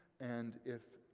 and if,